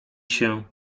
się